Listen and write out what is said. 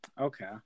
okay